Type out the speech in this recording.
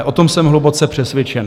O tom jsem hluboce přesvědčen.